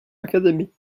academy